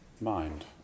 mind